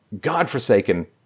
godforsaken